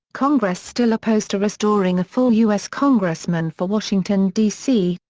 congress still opposed to restoring a full u s. congressman for washington, d c,